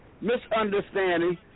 misunderstanding